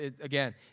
Again